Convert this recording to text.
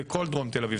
בכל דרום תל אביב.